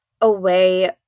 away